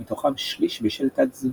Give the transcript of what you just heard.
מתוכם שליש בשל תת-תזונה.